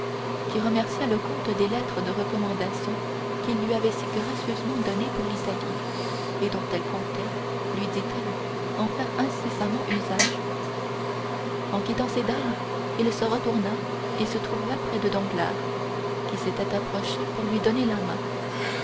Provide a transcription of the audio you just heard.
qui remercia le comte des lettres de recommandation qu'il lui avait si gracieusement données pour l'italie et dont elle comptait lui dit-elle faire incessamment usage en quittant ces dames il se retourna et se trouva près de danglars qui s'était approché pour lui donner la main